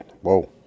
Whoa